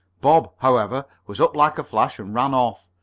bob, however, was up like a flash and ran off,